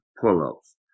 pull-ups